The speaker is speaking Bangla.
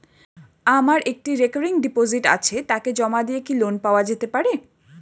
আমার একটি রেকরিং ডিপোজিট আছে তাকে জমা দিয়ে কি লোন পাওয়া যেতে পারে?